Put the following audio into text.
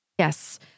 Yes